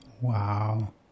Wow